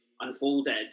unfolded